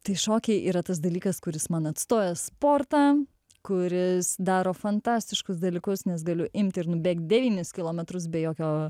tai šokiai yra tas dalykas kuris man atstoja sportą kuris daro fantastiškus dalykus nes galiu imti ir nubėgt devynis kilometrus be jokio